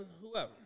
whoever